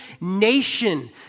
nation